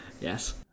yes